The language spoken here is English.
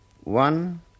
one